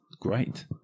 great